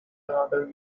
another